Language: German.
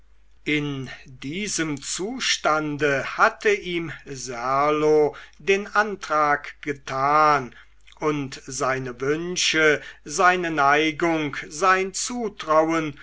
in diesem zustande hatte ihm serlo den antrag getan und seine wünsche seine neigung sein zutrauen